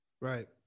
Right